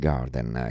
Garden